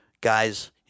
guys